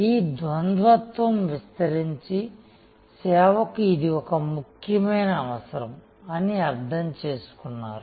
ఈ ద్వంద్వత్వం విస్తరించి సేవకు ఇది ఒక ముఖ్యమైన అవసరం అని అర్థం చేసుకున్నారు